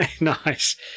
Nice